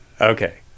Okay